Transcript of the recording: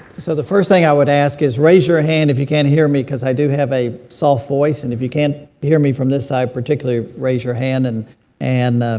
so the first thing i would ask is raise your hand if you can't hear me because i do have a soft voice. and if you can't hear me from this side particularly, raise your hand. and and